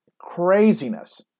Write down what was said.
craziness